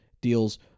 deals